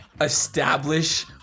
Establish